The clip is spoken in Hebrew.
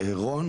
רון